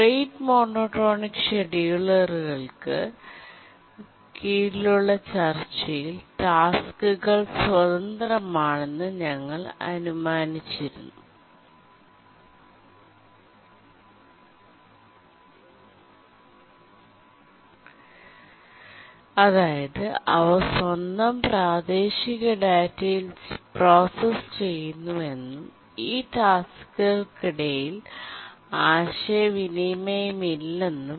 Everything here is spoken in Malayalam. റേറ്റ് മോണോടോണിക് ഷെഡ്യൂളറുകൾക്ക് കീഴിലുള്ള ചർച്ചയിൽ ടാസ്ക്കുകൾ സ്വതന്ത്രമാണെന്ന് ഞങ്ങൾ അനുമാനിച്ചിരുന്നു അതായത് അവ സ്വന്തം പ്രാദേശിക ഡാറ്റയിൽ പ്രോസസ്സ് ചെയ്യുന്നുവെന്നും ഈ ടാസ്ക്കുകൾക്കിടയിൽ ആശയവിനിമയമില്ലെന്നും